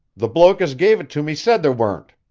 the bloke as gave it to me said there weren't.